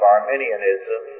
Arminianism